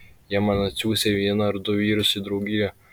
jie man atsiųsią vieną ar du vyrus į draugiją